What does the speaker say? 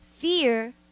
Fear